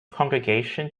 congregation